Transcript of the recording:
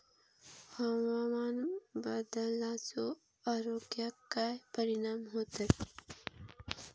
हवामान बदलाचो आरोग्याक काय परिणाम होतत?